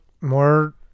more